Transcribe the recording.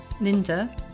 linda